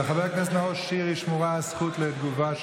לחבר הכנסת נאור שירי שמורה הזכות לתגובה.